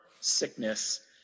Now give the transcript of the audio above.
sickness